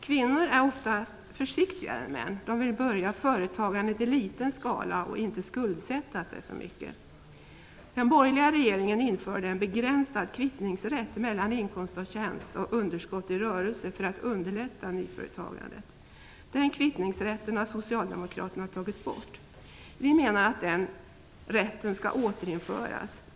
Kvinnor är oftast försiktigare än män. De vill börja företagandet i liten skala och inte skuldsätta sig så mycket. Den borgerliga regeringen införde en begränsad kvittningsrätt mellan inkomst av tjänst och underskott i rörelse för att underlätta nyföretagande. Den kvittningsrätten har Socialdemokraterna tagit bort. Vi menar att den rätten skall återinföras.